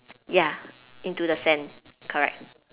ya into the sand correct